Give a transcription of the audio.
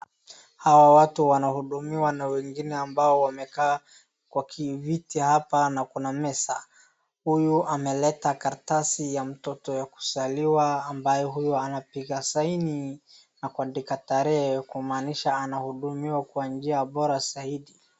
Hawa watu wanahudumiwa na wengine ambao wamekaa kwa ki viti hapa na kuna meza. Huyu ameleta karatasi ya mtoto ya kuzaliwa ambayo huyu anapiga saini na kuandika tarehe kumaanisha anahudumiwa kwa njia bora zaidi.